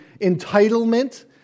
entitlement